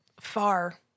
far